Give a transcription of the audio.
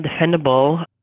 defendable